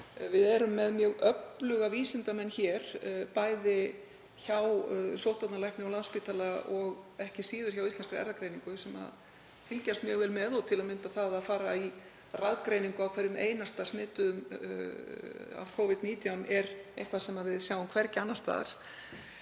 Við erum með mjög öfluga vísindamenn hér, bæði hjá sóttvarnalækni og á Landspítala og ekki síður hjá Íslenskri erfðagreiningu, sem fylgjast mjög vel með. Til að mynda er það að fara í raðgreiningu á hverjum einasta smituðum af Covid-19 eitthvað sem við sjáum hvergi annars staðar.